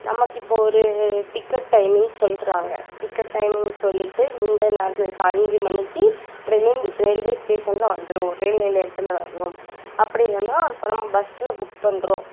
நமக்கு இப்போ ஒரு டிக்கெட் டைம்மிங் சொல்கிறாங்க டிக்கெட் டைம்மிங் சொல்லிட்டு இந்த நேரத்தில் இப்போ அஞ்சு மணிக்கு ட்ரெயின் ரெயில்வே ஸ்டேஷன்ல வந்துடும் ரெயில் நிலையத்தில் வரணும் அப்படி இல்லைன்னா இப்போ நம்ம பஸ்ஸில் புக் பண்ணுறோம்